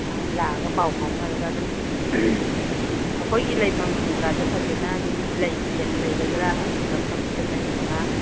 ꯂꯥꯛꯑꯒ ꯄꯥꯎ ꯐꯥꯎꯅꯔꯒ ꯑꯗꯨꯝ ꯑꯩꯈꯣꯏꯒꯤ ꯂꯩꯐꯝꯒꯥꯗꯣ ꯐꯖꯅ ꯑꯗꯨꯝ ꯂꯩꯒꯗ꯭ꯔ ꯍꯥꯏꯗꯤ ꯃꯐꯝ ꯑꯩꯈꯣꯏ ꯃꯔꯤ ꯃꯉꯥ